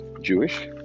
Jewish